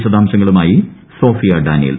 വിശദാംശങ്ങളുമായി Sophia Daniel